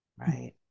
right